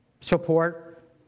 support